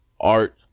art